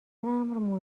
امر